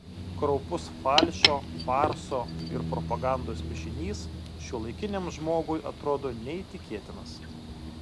kraupus falšo farso ir propagandos mišinys šiuolaikiniam žmogui atrodo neįtikėtinas